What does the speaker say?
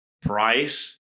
price